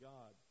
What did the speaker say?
God